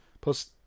Plus